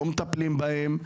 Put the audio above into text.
לא מטפלים בהם,